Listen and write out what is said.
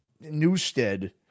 Newstead